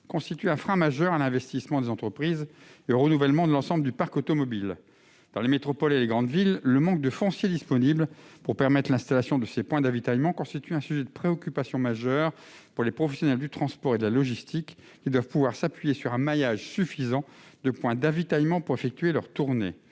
constitue un frein majeur à l'investissement des entreprises et au renouvellement de l'ensemble du parc automobile. Dans les métropoles et les grandes villes, le manque de foncier disponible pour permettre l'installation de ces points d'avitaillement est un sujet de préoccupation majeur pour les professionnels du transport et de la logistique, qui doivent pouvoir s'appuyer sur un maillage suffisant de points d'avitaillement afin d'effectuer leurs tournées.